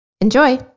Enjoy